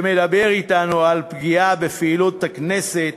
שמדבר אתנו על פגיעה בפעילות הכנסת,